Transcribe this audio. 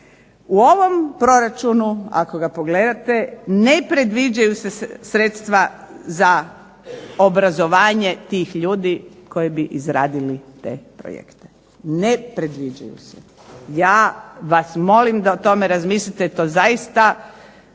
U ovom proračunu, ako ga pogledate, ne predviđaju se sredstva za obrazovanje tih ljudi koji bi izradili te projekte. Ne predviđaju se. Ja vas molim da o tome razmislite. To zaista